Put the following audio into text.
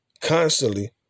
constantly